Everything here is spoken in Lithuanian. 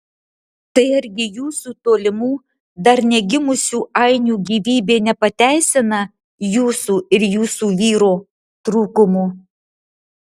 tai argi jūsų tolimų dar negimusių ainių gyvybė nepateisina jūsų ir jūsų vyro trūkumų